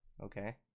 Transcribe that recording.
Okay